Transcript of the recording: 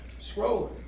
Scrolling